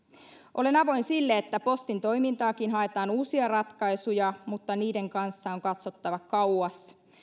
olen avoin sille että postin toimintaankin haetaan uusia ratkaisuja mutta niiden kanssa on katsottava kauas